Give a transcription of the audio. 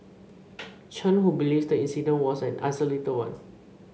Chen who believes the incident was an isolated one